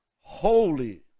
holy